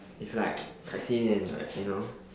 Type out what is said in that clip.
it's like Kai-Xing and like you know